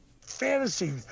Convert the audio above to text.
fantasy